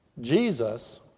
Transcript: Jesus